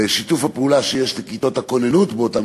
ושיתוף הפעולה שיש לכיתות הכוננות באותם